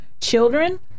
children